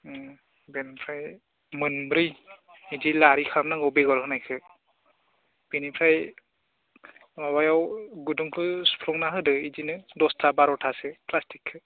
उम बेनिफ्राय मोनब्रै बिदि लारि खालामनांगौ बेगर होनायखौ बेनिफ्राय माबायाव गुदुंखौ सुफ्लंना होदो बिदिनो दसथा बार'थासो फ्लास्टिकखौ